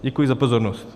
Děkuji za pozornost.